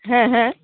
হ্যাঁ হ্যাঁ